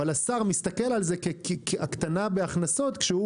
השר מסתכל על זה כהקטנה בהכנסות כשהוא